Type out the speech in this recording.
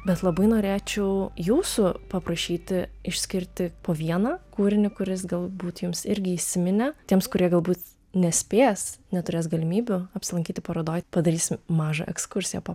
bet labai norėčiau jūsų paprašyti išskirti po vieną kūrinį kuris galbūt jums irgi įsiminė tiems kurie galbūt nespės neturės galimybių apsilankyti parodoj padarysim mažą ekskursiją po